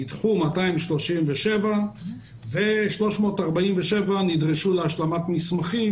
237 בקשות נדחו ו-347 נדרשו להשלמת מסמכים